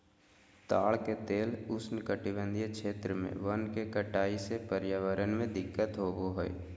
ताड़ के तेल उष्णकटिबंधीय क्षेत्र में वन के कटाई से पर्यावरण में दिक्कत होबा हइ